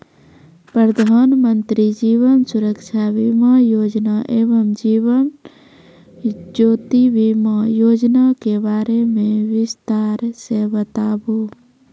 प्रधान मंत्री जीवन सुरक्षा बीमा योजना एवं जीवन ज्योति बीमा योजना के बारे मे बिसतार से बताबू?